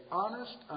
honest